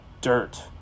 dirt